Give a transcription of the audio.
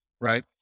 right